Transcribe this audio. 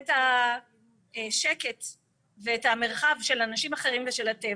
ברור, לא, אתם שחקן מרכזי, כי עליכם לאכוף את זה.